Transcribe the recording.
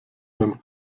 beim